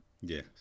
Yes